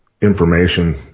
information